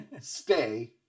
Stay